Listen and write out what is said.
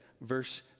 verse